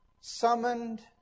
summoned